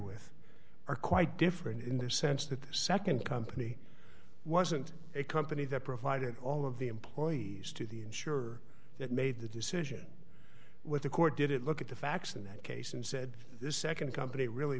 with are quite different in the sense that the nd company wasn't a company that provided all of the employees to the insure that made the decision with the court did it look at the facts in that case and said this nd company really